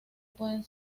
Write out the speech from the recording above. pueden